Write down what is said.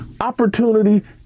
opportunity